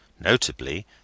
notably